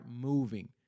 moving